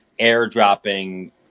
airdropping